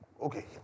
Okay